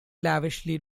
lavishly